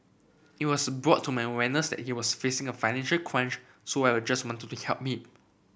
it was brought to my awareness that he was facing a financial crunch so I were just wanted to help me